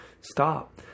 Stop